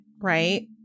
right